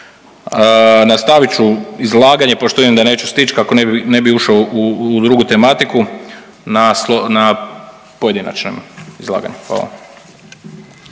Nastavit ću izlaganje pošto vidim da neću stići kako ne bi ušao u drugu tematiku na pojedinačnom izlaganju.